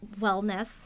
wellness